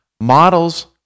models